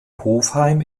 hofheim